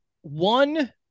One